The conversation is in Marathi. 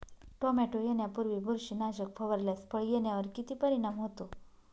टोमॅटो येण्यापूर्वी बुरशीनाशक फवारल्यास फळ येण्यावर किती परिणाम होतो?